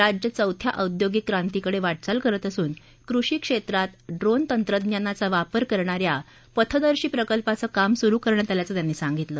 राज्य चौथ्या औद्योगिक क्रांतीकडे वाटचाल करत असून कृषी क्षेत्रात ड्रोन तंत्रज्ञानाचा वापर करणाऱ्या पथदर्शी प्रकल्पाचं काम सुरू करण्यात आल्याचं त्यांनी सांगितलं